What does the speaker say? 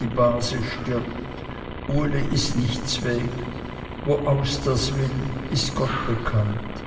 die base stirbt uli ist nicht zweg wo aus das will ist gott bekannt